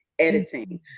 Editing